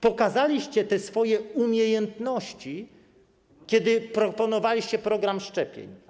Pokazaliście te swoje umiejętności, kiedy proponowaliście program szczepień.